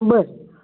बरं